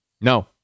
No